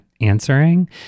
answering